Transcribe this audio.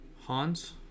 Hans